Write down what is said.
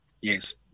Yes